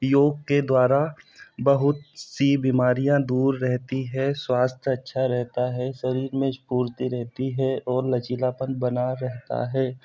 योग के द्वारा बहुत सी बीमारियाँ दूर रहती हैं स्वास्थ्य अच्छा रहता है शरीर मे फुर्ती रहती है और लचीलापन बना रहता है